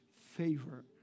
favor